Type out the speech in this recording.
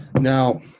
now